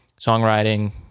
songwriting